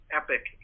epic